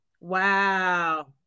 Wow